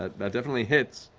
ah that definitely hits.